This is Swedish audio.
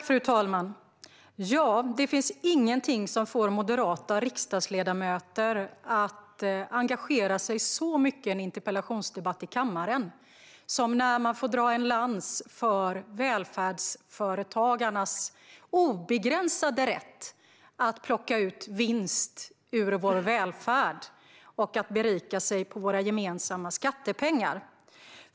Fru talman! Det finns ingenting som får moderata riksdagsledamöter att engagera sig så mycket i en interpellationsdebatt i kammaren som när de får dra en lans för välfärdsföretagarnas obegränsade rätt att plocka ut vinst ur vår välfärd och berika sig på våra gemensamma skattepengar.